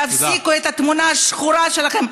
תפסיקו עם התמונה השחורה שלכם.